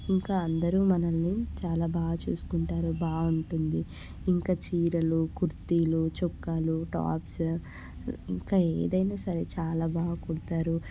ఇంకా అందరూ మనల్ని చాలా బాగా చూసుకుంటారు బాగుంటుంది ఇంకా చీరలు కుర్తాలు చొక్కాలు టాప్స్ ఇంకా ఏదైనా సరే చాలా బాగా కుడతారు